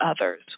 others